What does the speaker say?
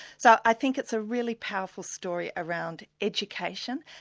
so i think it's a really powerful story around education,